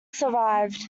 survived